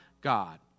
God